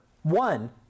One